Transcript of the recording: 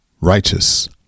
righteous